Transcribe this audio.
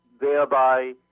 thereby